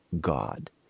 God